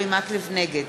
נגד